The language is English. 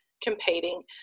competing